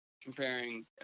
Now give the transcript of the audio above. comparing